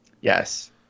Yes